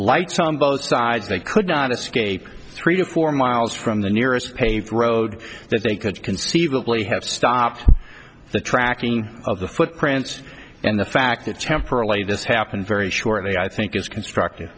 lights on both sides they could not escape three or four miles from the nearest paved road that they could conceivably have stopped the tracking of the footprints and the fact that temporarily does happen very shortly i think is constructive